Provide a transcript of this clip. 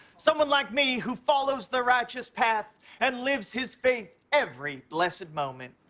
someone like me who follows the righteous path and lives his faith every blessed moment.